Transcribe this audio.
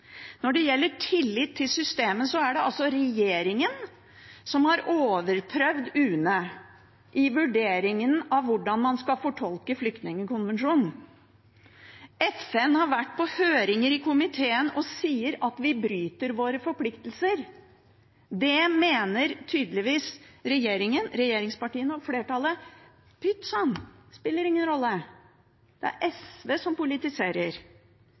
Når det gjelder tillit til systemet, er det regjeringen som har overprøvd UNE i vurderingen av hvordan man skal fortolke flyktningkonvensjonen. FN har vært på høringer i komiteen og sier at vi bryter våre forpliktelser. Det mener tydeligvis regjeringspartiene og flertallet at – pyttsann, det spiller ingen rolle. Det er SV som politiserer.